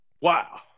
wow